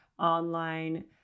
online